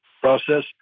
process